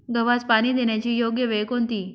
गव्हास पाणी देण्याची योग्य वेळ कोणती?